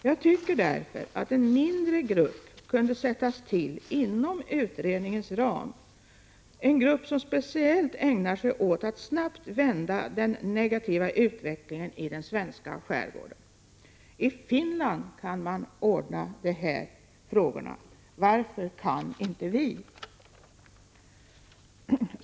Jag tycker därför att en mindre grupp kunde sättas till inom utredningens ram, som speciellt ägnar sig åt att snabbt vända den negativa utvecklingen i den svenska skärgården. I Finland kan man ordna de här frågorna — varför kan inte vi?